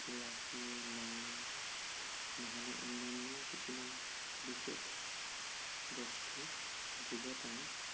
ইলাছি লং নহ'লে অন্যান্য কিছুমান বিশেষ বস্তু যুগুতাই